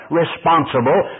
responsible